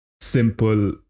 simple